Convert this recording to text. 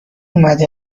اومدی